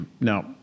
Now